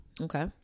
Okay